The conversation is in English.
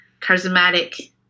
charismatic